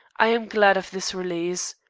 i am glad of this release.